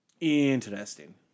Interesting